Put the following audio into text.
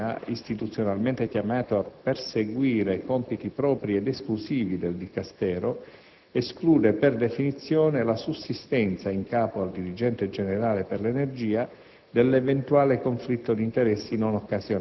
La stessa natura di ente strumentale dell'ENEA, istituzionalmente chiamato a perseguire compiti propri e esclusivi del Dicastero, esclude per definizione la sussistenza in capo al dirigente generale per l'energia,